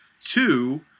two